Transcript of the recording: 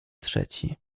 trzeci